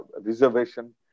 reservation